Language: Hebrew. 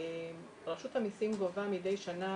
רשות המסים גובה מדי שנה,